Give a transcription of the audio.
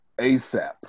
ASAP